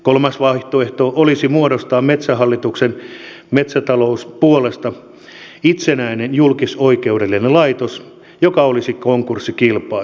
kolmas vaihtoehto olisi muodostaa metsähallituksen metsätalouspuolesta itsenäinen julkisoikeudellinen laitos joka olisi konkurssikelpoinen